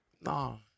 No